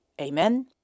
Amen